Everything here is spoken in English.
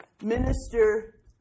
minister